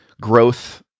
growth